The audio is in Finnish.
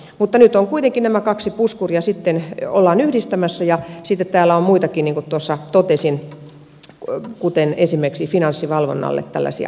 mutta nyt kuitenkin nämä kaksi puskuria ollaan yhdistämässä ja sitten täällä on muutakin niin kuin tuossa totesin kuten esimerkiksi finanssivalvonnalle tällaisia toimia